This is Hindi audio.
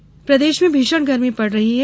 मौसम प्रदेश में भीषण गर्मी पड़ रही है